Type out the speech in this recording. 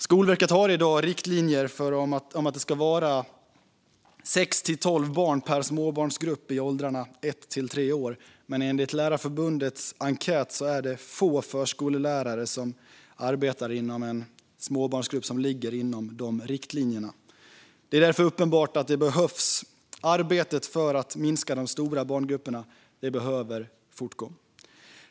Skolverket har i dag riktlinjer om att det ska vara sex till tolv barn per småbarnsgrupp för barn i åldern ett till tre år, men enligt Lärarförbundets enkät är det få förskollärare som arbetar i en småbarnsgrupp som ligger inom riktlinjerna. Det är därför uppenbart att arbetet för att minska de stora barngrupperna behöver fortgå.